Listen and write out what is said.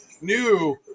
new